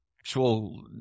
actual